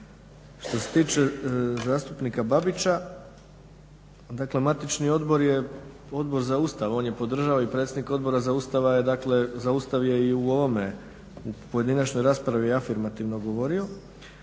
Što se tiče zastupnika Babića, dakle matični odbor je Odbor za Ustav. On je podržao i predsjednik Odbora za Ustav je i u ovome u pojedinačnoj raspravi afirmativno govorio.